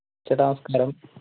ചേട്ടാ നമസ്കാരം